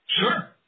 Sure